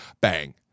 Bang